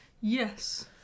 Yes